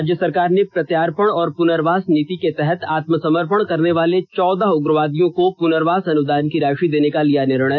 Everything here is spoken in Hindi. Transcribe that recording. राज्य सरकार ने प्रत्यार्पण और पुनर्वास नीति के तहत आत्मसमर्पण करनेवाले चौदह उग्रवादियों को पुनर्वास अनुदान की राशि देने का लिया निर्णय